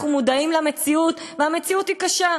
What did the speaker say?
אנחנו מודעים למציאות, והמציאות היא קשה.